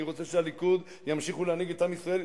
אני רוצה שהליכוד ימשיכו להנהיג את עם ישראל.